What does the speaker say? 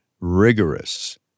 rigorous